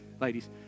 ladies